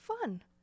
fun